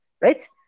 right